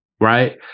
right